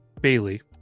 Bailey